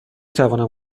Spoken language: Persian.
توانم